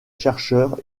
chercheurs